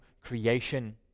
creation